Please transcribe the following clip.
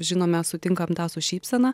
žinome sutinkam tą su šypsena